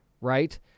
right